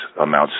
amounts